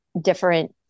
different